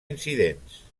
incidents